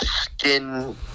skin